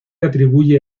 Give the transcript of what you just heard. atribuye